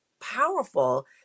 powerful